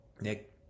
Nick